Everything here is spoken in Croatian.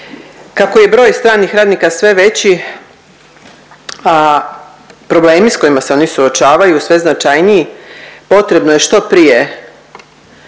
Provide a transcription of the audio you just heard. Kako je broj stranih radnika sve veći, a problemi s kojima se oni suočavaju sve značajniji, potrebno je što prije